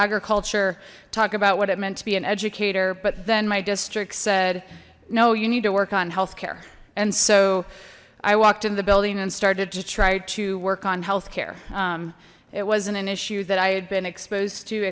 agriculture talk about what it meant to be an educator but then my district said no you need to work on health care and so i walked in the building and started to try to work on health care it wasn't an issue that i had been exposed to